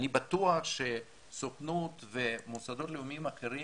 אני בטוח שהסוכנות ומוסדות לאומיים אחרים,